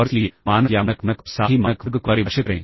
और इसलिए मानक या मानक मानक और साथ ही मानक वर्ग को परिभाषित करें